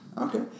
Okay